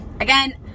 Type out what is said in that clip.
again